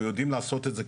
אנחנו יודעים לעשות את זה,